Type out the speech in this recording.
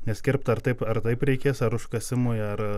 nes kirptą ar taip ar taip reikės ar užkasimui ar